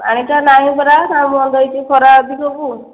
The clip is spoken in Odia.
ପାଣିଟା ନାହିଁ ପରା ସବୁ ବନ୍ଦ ହୋଇଛି ଖରା ଅଧିକକୁ